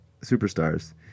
superstars